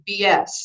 BS